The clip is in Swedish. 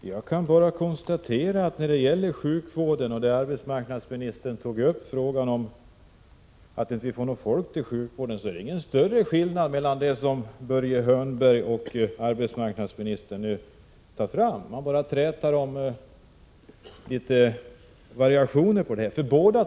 Jag kan bara konstatera att det inte är någon större skillnad mellan det som arbetsmarknadsministern och Börje Hörnlund säger om svårigheterna att få folk till sjukvården. Ni träter om variationer på samma tema.